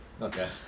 Okay